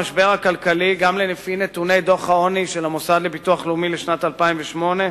המשבר הכלכלי גם לפי נתוני דוח העוני של המוסד לביטוח לאומי לשנת 2008,